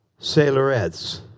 sailorettes